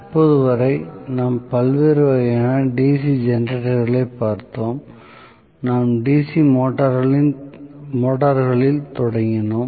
இப்போது வரை நாம் பல்வேறு வகையான DC ஜெனரேட்டர்களைப் பார்த்தோம் நாம் DC மோட்டர்களில் தொடங்கினோம்